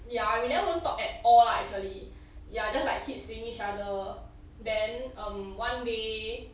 ya we never won't talk at all lah actually ya just like keep seeing each other then um one day